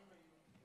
שלוש